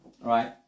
Right